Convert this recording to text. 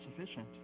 sufficient